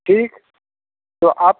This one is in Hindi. ठीक तो अब